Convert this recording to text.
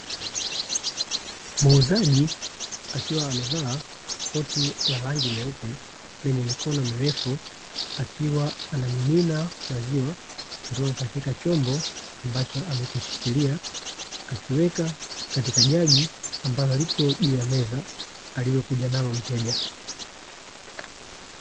Muuzaji akiwa amevaa koti la rangi nyeupe lenye mikono mirefu, akiwa anamimina maziwa kutoka katika chombo ambacho amekishikilia, akiweka katika jagi ambalo liko juu ya meza, alilokuja nalo mteja.